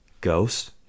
Ghost